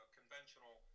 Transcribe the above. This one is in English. conventional